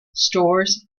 stores